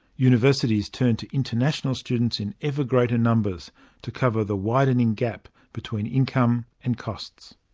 universities turned to international students in ever greater numbers to cover the widening gap between income and costs.